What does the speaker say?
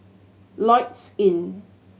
Lloyds Inn